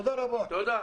תודה.